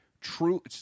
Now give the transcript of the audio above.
true